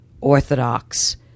orthodox